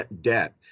debt